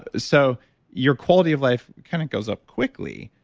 so your quality of life kind of goes up quickly